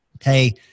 Hey